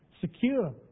secure